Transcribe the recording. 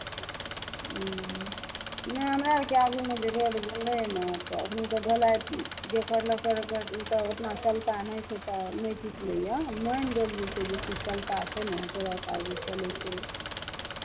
ह्म्म नहि हमरा अरके आगूमे जे रोड बनलैए ने एखनि तऽ ढलाइ जे करलकै कर ओतना चलता नहि छै तऽ नहि टुटलैए मेन रोड जे छै बेसी चलता छै ने ट्रक आर जे चलै छै